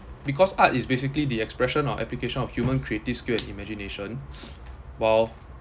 because art is basically the expression or application of human creative skill and imagination while